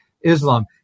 Islam